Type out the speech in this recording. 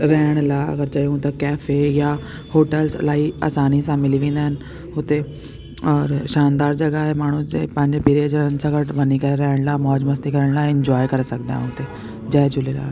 रहण लाए अगरि चयूं त कैफे या होटल्स इलाही असानी सां मिली वेंदा आहिनि हुते और शानदार जॻह आहे माण्हुनि जे पंहिंजे पीरजन सां गॾु रहण लाइ मौज़ मस्ती करण लाइ इंजॉय करे सघंदा आहियूं हुते जय झूलेलाल